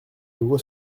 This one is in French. nouveau